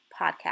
podcast